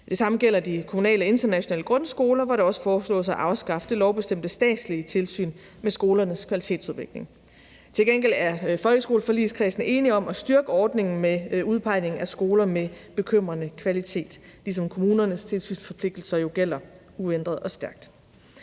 Det samme gælder de kommunale internationale grundskoler, hvor det også foreslås at afskaffe det lovbestemte statslige tilsyn med skolernes kvalitetsudvikling. Til gengæld er folkeskoleforligskredsen enige om at styrke ordningen med udpegning af skoler med bekymrende kvalitet, ligesom kommunernes tilsynsforpligtelser jo gælder uændret og stærkt.